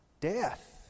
death